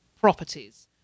properties